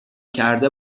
کرده